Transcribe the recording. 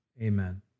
amen